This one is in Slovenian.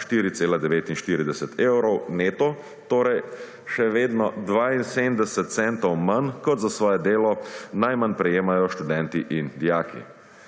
4,49 evrov neto, torej še vedno 72 centov manj kot za svoje delo najmanj prejemajo študenti in dijaki.